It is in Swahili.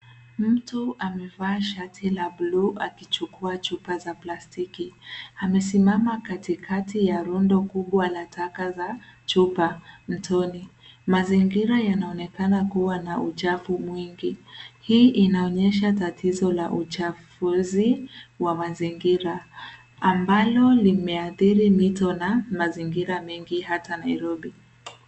Mtu amevaa shati la bluu akichukua chupa za plastiki. Amesimama katikati ya rondo kubwa la taka za chupa mtoni. Mazingira yanaonekana kuwa na uchafu mwingi. Hii inaonyesha tatizo la uchafuzi wa mazingira, ambalo limeadhiri mito na mazingira mengi, hata Nairobi.